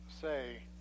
say